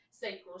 sacral